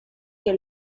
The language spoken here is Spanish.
que